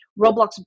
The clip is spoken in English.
Roblox